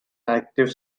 active